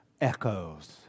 echoes